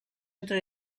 entre